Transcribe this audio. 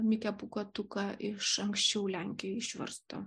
mikę pūkuotuką iš anksčiau lenkijoj išversto